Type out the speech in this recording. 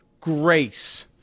grace